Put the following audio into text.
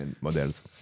models